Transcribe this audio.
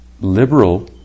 liberal